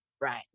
Right